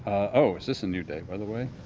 oh, is this a new day, by the way?